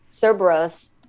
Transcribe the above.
Cerberus